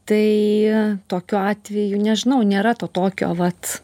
tai tokiu atveju nežinau nėra tokio vat